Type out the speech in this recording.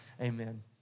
amen